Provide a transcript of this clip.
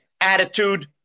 attitude